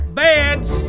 beds